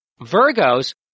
Virgos